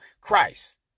Christ